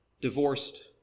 divorced